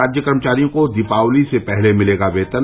राज्य कर्मचारियों को दीपावली से पहले मिलेगा वेतन